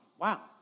wow